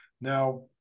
Now